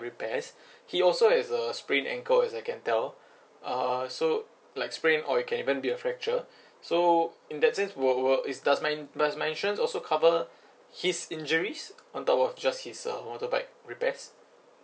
repairs he also has a sprained ankle as I can tell uh so like sprained or it can even be a fracture so in that sense will will is does my does my insurance also cover his injuries on top of just his uh motorbike repairs